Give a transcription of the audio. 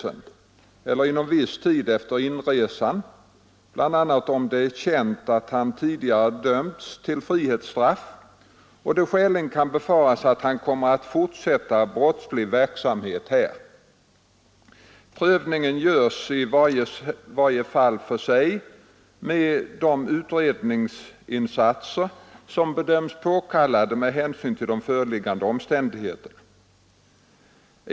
eller inom viss tid efter inresan bl.a. om det är känt att han tidigare blivit dömd till frihetsstraff och det skäligen kan befaras att han kommer att fortsätta brottslig verksamhet här. Prövningen görs i varje fall för sig med de utredningsinsatser som bedömts påkallade med hänsyn till föreliggande omständigheter.